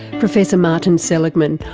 professor martin seligman,